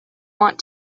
want